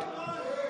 תשתוק,